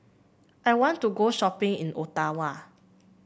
I want to go shopping in Ottawa